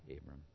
Abram